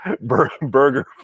burger